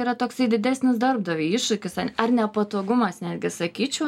yra toksai didesnis darbdaviui iššūkis ar nepatogumas netgi sakyčiau